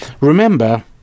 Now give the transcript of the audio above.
remember